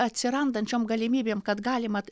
atsirandančiom galimybėm kad galima